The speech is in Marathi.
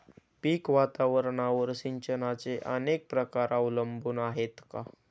पीक वातावरणावर सिंचनाचे अनेक प्रकार अवलंबून आहेत का?